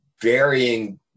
varying